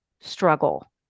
struggle